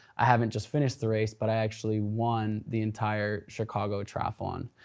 i haven't just finished the race, but i actually won the entire chicago triathlon.